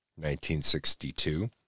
1962